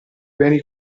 beni